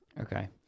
Okay